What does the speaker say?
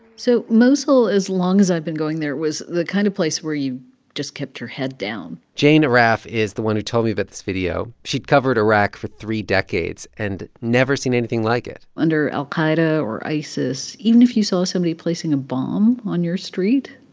so mosul, as long as i've been going there, was the kind of place where you just kept your head down jane arraf is the one who told me about this video. she'd covered iraq for three decades and never seen anything like it under al-qaida or isis, even if you saw somebody placing a bomb on your street,